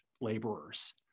laborers